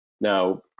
Now